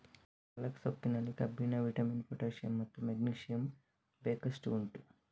ಪಾಲಕ್ ಸೊಪ್ಪಿನಲ್ಲಿ ಕಬ್ಬಿಣ, vitamin, potassium ಮತ್ತು ಮೆಗ್ನೀಸಿಯಮ್ ಬೇಕಷ್ಟು ಉಂಟು